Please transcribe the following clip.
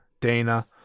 Dana